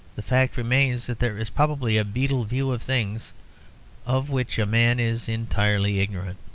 the fact remains that there is probably a beetle view of things of which a man is entirely ignorant.